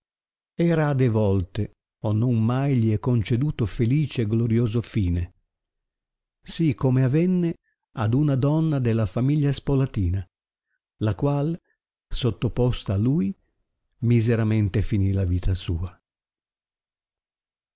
e rade volte o non mai gli è conceduto felice e glorioso fine si come avenne ad una donna della famiglia spolatina la qual sottoposta a lui miseramente finì la vita sua